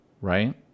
right